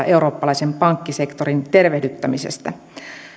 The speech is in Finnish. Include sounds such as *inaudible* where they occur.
*unintelligible* eurooppalaisen pankkisektorin tervehdyttämisessä